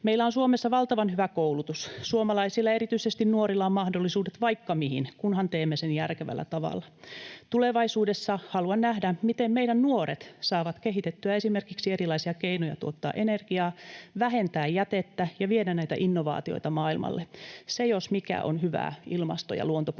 Meillä on Suomessa valtavan hyvä koulutus. Suomalaisilla, erityisesti nuorilla, on mahdollisuudet vaikka mihin, kunhan teemme sen järkevällä tavalla. Tulevaisuudessa haluan nähdä, miten meidän nuoret saavat kehitettyä esimerkiksi erilaisia keinoja tuottaa energiaa, vähentää jätettä ja viedä näitä innovaatioita maailmalle. Se, jos mikä, on hyvää ilmasto- ja luontopolitiikkaa.